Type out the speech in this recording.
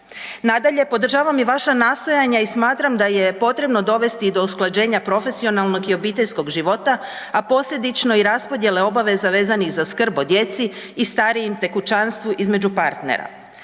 Nadalje, podržavam i vaša nastojanja i smatram da je potrebno dovesti i do usklađenja profesionalnog i obiteljskog života, a posljedično i raspodjele obaveza vezanih za skrb o djeci i starijim, te kućanstvu između partnera.